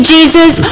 Jesus